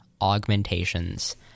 augmentations